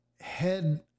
head